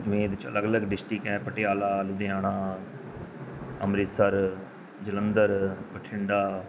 ਜਿਵੇਂ ਇਹਦੇ 'ਚ ਅਲੱਗ ਅਲੱਗ ਡਿਸਟਰਿਕਟ ਹੈ ਪਟਿਆਲਾ ਲੁਧਿਆਣਾ ਅੰਮ੍ਰਿਤਸਰ ਜਲੰਧਰ ਬਠਿੰਡਾ